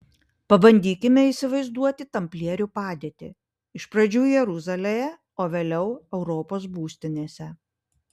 pabandykime įsivaizduoti tamplierių padėtį iš pradžių jeruzalėje o vėliau europos būstinėse